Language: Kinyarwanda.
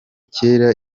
kera